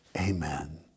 amen